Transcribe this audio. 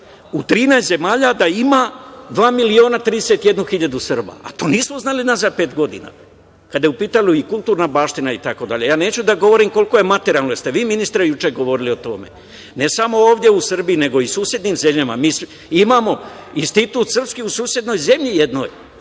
u 13 zemalja da ima dva miliona 31 hiljadu Srba, a to nismo znali unazad pet godina. Kada je u pitanju kulturan baština i tako dalje. Neću da govorim koliko je materijalno, jer ste vi ministre juče govorili o tome, ne samo ovde u Srbiji nego i u susednim zemljama. Imamo institut srpski u susednoj zemlji jednoj,